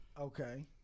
Okay